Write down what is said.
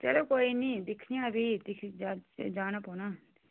चलो कोई नी दिक्खनेआं फ्ही जाना पौना